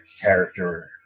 character